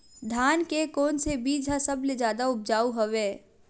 धान के कोन से बीज ह सबले जादा ऊपजाऊ हवय?